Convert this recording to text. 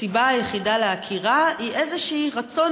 הסיבה היחידה לעקירה היא איזשהו רצון